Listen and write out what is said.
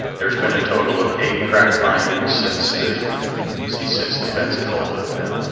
there's been a total of eight crack findings since the since the pensacola event.